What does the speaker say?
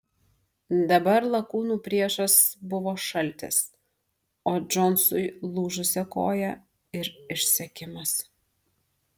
dabar lakūnų priešas buvo šaltis o džonsui lūžusia koja ir išsekimas